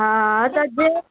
हँ तऽ जे